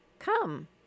Come